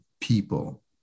people